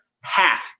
half